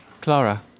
Clara